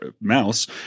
mouse